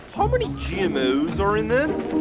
how many gmos are in this?